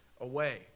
away